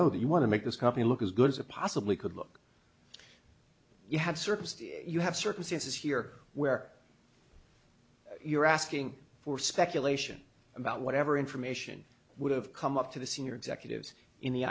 o that you want to make this company look as good as it possibly could look you have services you have circumstances here where you're asking for speculation about whatever information would have come up to the senior executives in the